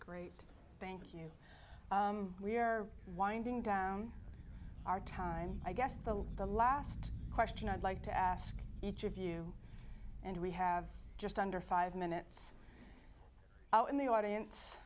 great thank you we're winding down our time i guess the last question i'd like to ask each of you and we have just under five minutes in the audience